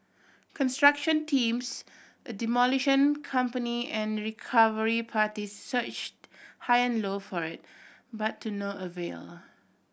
construction teams a demolition company and recovery parties searched high and low for it but to no avail